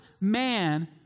man